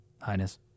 highness